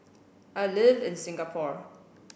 I live in Singapore